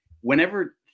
Whenever